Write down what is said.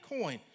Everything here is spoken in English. coin